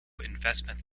investment